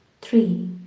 three